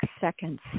Seconds